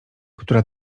która